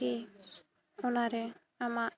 ᱠᱤ ᱚᱱᱟᱨᱮ ᱟᱢᱟᱜ